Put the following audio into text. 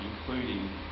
including